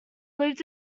lived